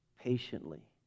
patiently